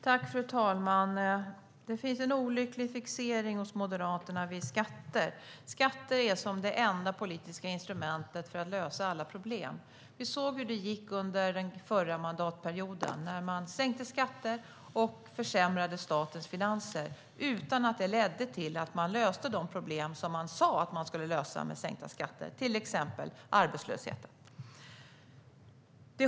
Fru talman! Det finns en olycklig fixering hos Moderaterna vid skatter. Det är som om skattesänkningar är det enda politiska instrumentet för att lösa alla problem. Vi såg hur det gick under förra mandatperioden. Man sänkte skatter och försämrade statens finanser utan att det ledde till att man löste de problem som man sa att man skulle lösa med sänkta skatter, till exempel arbetslösheten.